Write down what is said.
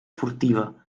furtiva